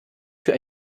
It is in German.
für